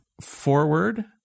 forward